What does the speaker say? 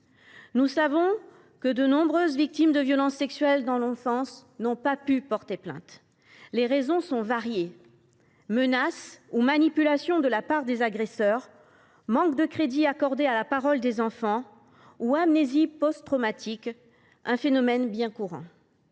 Nous savons bien que de nombreuses victimes de violences sexuelles dans l’enfance n’ont pas pu porter plainte. Les raisons sont variées – menaces ou manipulations de la part des agresseurs, manque de crédit accordé à la parole des enfants ou amnésie post traumatique, phénomène bien courant